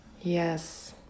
Yes